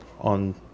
on